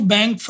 Bank